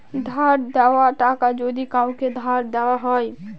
ধার দেওয়া টাকা যদি কাওকে ধার দেওয়া হয়